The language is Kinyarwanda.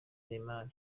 neymar